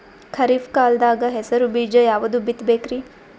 ಖರೀಪ್ ಕಾಲದಾಗ ಹೆಸರು ಬೀಜ ಯಾವದು ಬಿತ್ ಬೇಕರಿ?